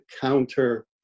counter